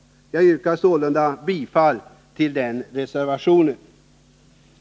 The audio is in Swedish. Jag yrkar sålunda bifall till denna reservation.